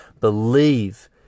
believe